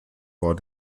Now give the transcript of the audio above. war